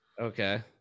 Okay